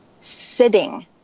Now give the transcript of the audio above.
sitting